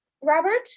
Robert